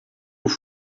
haut